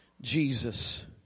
Jesus